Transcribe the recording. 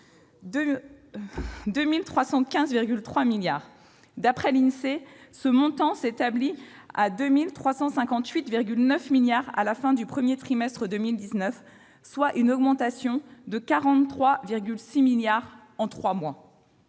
2 315,3 milliards d'euros. D'après l'Insee, ce montant s'établit à 2 358,9 milliards d'euros à la fin du premier trimestre de 2019, soit une augmentation de 43,6 milliards d'euros en trois mois